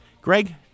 greg